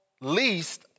least